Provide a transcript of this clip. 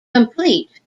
complete